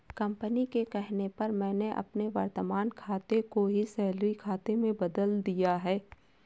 company के कहने पर मैंने अपने वर्तमान खाते को ही सैलरी खाते में बदल लिया है